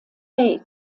the